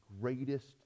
greatest